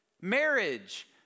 marriage